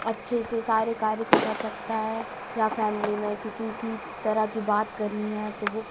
अच्छे से सारे कार्य को कर सकता है या फ़ैमली में किसी भी तरह की बात करनी है तो वह